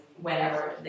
whenever